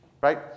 right